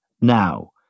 now